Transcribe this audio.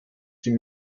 sie